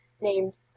named